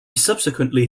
subsequently